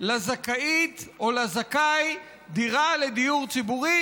לזכאית או לזכאי דירה של דיור ציבורי,